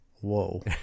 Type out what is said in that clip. Whoa